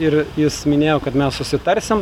ir jis minėjo kad mes susitarsim